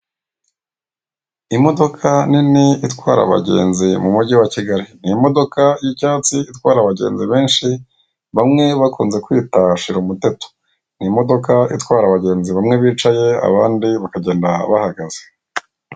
Imodoka nini itwara abagenzi mu mugi wa Kigali, iyi modoka y'icyatsi itwara abagenzi benshi bamwe bakunze kwita shira umuteto, ni imodoka itwara abagenzi bamwe bicaye abandi bakagenda bahagaze.